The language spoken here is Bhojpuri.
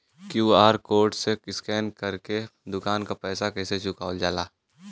क्यू.आर कोड से स्कैन कर के दुकान के पैसा कैसे चुकावल जाला?